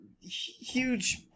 huge